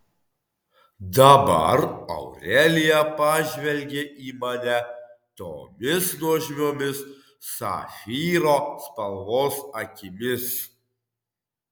dabar aurelija pažvelgė į mane tomis nuožmiomis safyro spalvos akimis